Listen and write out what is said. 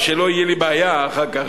שלא תהיה לי בעיה אחר כך,